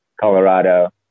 Colorado